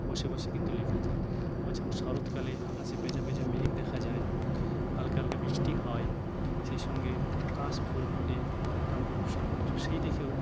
বসে বসে কিন্তু লেখা যায় আবার যখন শরৎকালে আকাশে পেঁজা পেঁজা মেঘ দেখা যায় হালকা হালকা বৃষ্টি হয় সেই সঙ্গে কাশফুল ফোটে তার একটা অপরূপ সৌন্দর্য সেই দেখেও